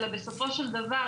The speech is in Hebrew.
אלא בסופו של דבר,